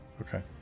okay